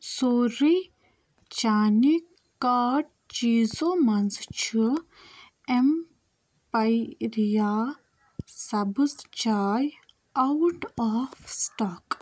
سورُے چانہِ کارٹ چیٖزو مَنٛز چھُ اٮ۪مپایرِیا سبٕز چائے آوٛٹ آف سِٹاک